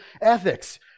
ethics